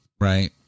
right